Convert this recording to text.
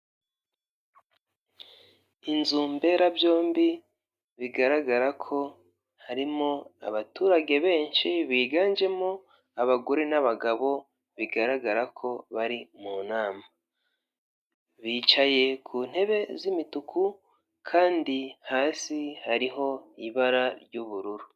Inzu mberabyombi bigaragara ko harimo abaturage benshi biganjemo abogore n'abagabo bigaragara ko bari mu nama, bicaye ku ntebe z'imituku kandi hasi hariho ibara ry'ubururu.